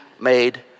made